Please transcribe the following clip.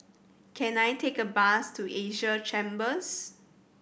can I take a bus to Asia Chambers